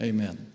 Amen